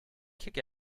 kick